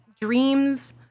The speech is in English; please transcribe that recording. dreams